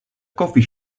coffee